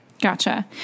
Gotcha